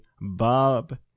Bob